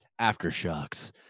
aftershocks